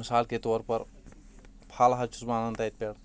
مِثال کے طور پر پھل حض چھُس بہٕ اِنان تتہِ پٮ۪ٹھ